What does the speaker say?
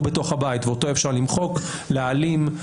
בתוך הבית ואת זה אפשר למחוק או להעלים.